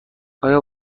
آیا